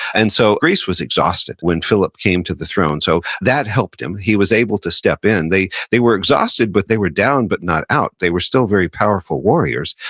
and so, greece was exhausted when philip came to the throne. so, that helped him, he was able to step in. they they were exhausted, but they were down but not out. they were still very powerful warriors,